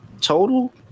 total